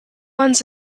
ones